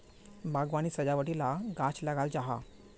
बाग्वानित सजावटी ला गाछ लगाल जाहा